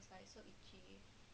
then how